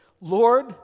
Lord